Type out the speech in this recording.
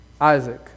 Isaac